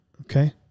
Okay